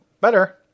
better